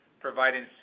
providing